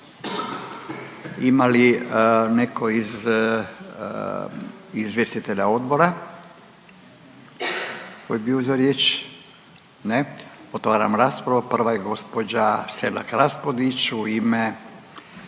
ima li neko iz izvjestitelja odbora ko je bio za riječ? Ne. Otvaram raspravu. Prva je gospođa Selak Raspudić u ime